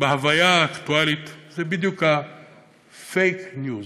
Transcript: בהוויה האקטואלית זה בדיוק ה-fake news: